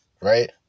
right